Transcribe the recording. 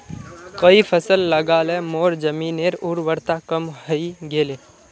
कई फसल लगा ल मोर जमीनेर उर्वरता कम हई गेले